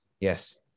Yes